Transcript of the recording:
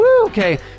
Okay